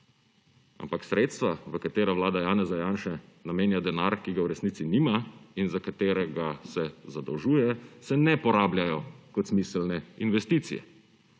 Ampak sredstva, v katera vlada Janeza Janše namenja denar, ki ga v resnici nima in za katerega se zadolžuje, se ne porabljajo kot smiselne investicije.